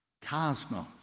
cosmos